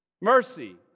mercy